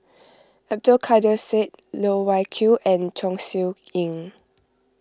Abdul Kadir Syed Loh Wai Kiew and Chong Siew Ying